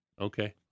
Okay